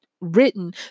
written